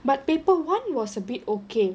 but paper one was a bit okay